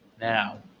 Now